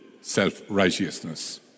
self-righteousness